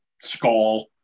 skull